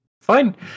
fine